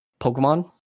pokemon